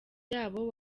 yabo